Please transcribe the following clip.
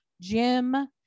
Jim